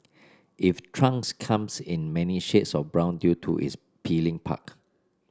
if trunks comes in many shades of brown due to its peeling bark